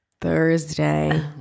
Thursday